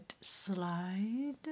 slide